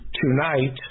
tonight